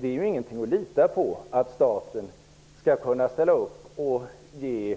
Det är ingenting att lita på att staten skall kunna ställa upp och ge